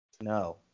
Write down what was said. no